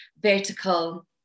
Vertical